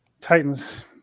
Titans